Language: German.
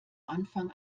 anfang